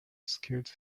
skilled